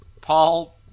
Paul